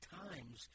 times